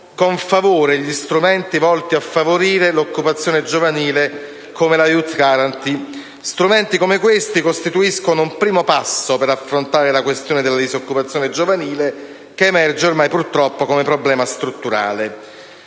con favore gli strumenti volti a favorire 1'occupazione giovanile come la *Youth Guarantee*. Strumenti come questi costituiscono un primo passo per affrontare la questione della disoccupazione giovanile che emerge ormai purtroppo come un problema strutturale.